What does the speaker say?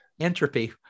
entropy